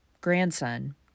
grandson